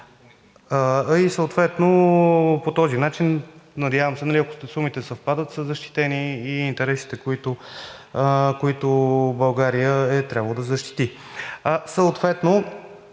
И съответно по този начин, надявам се, ако сумите съвпадат, са защитени и интересите, които България е трябвало да защити.